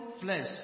flesh